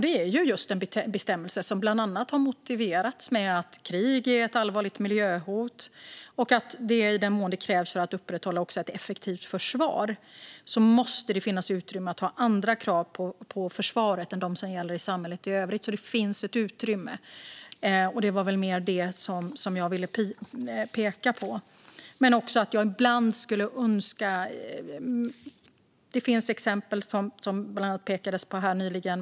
Det är just en bestämmelse som bland annat har motiverats med att krig är ett allvarligt miljöhot och att det i den mån det krävs för att upprätthålla ett effektivt försvar måste finnas utrymme att ha andra krav på försvaret än de som gäller i samhället i övrigt. Det finns ett utrymme, och det var mer det som jag ville peka på. Det finns exempel som det bland annat pekades på här nyligen.